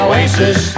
Oasis